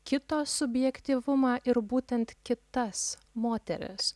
kito subjektyvumą ir būtent kitas moteris